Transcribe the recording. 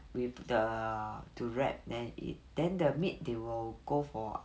with the to wrap then it then the meat they will go for